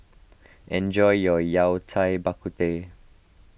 enjoy your Yao Cai Bak Kut Teh